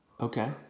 Okay